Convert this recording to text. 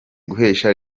guhesha